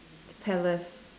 tellers